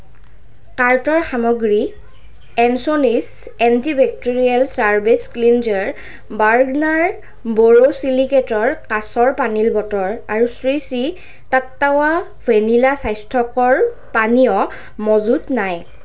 কাৰ্টৰ সামগ্ৰী Astonish antibacterial surface cleanser Bergner বোৰোছিলিকেটৰ কাচৰ পানীৰ বটল আৰু শ্ৰী শ্ৰী টাট্টাৱা ভেনিলা স্বাস্থ্যকৰ পানীয় মজুত নাই